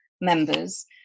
members